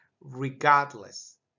Regardless